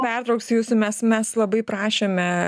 pertrauksiu jūsų mes mes labai prašėme